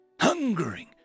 hungering